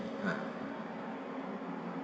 ah